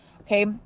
okay